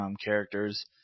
characters